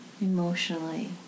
emotionally